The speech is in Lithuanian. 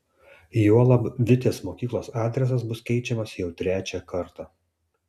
juolab vitės mokyklos adresas bus keičiamas jau trečią kartą